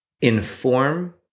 inform